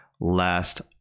last